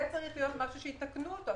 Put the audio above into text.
זה צריך להיות משהו שיתקנו אותו.